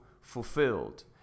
fulfilled